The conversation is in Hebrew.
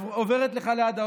עוברת לך ליד האוזן.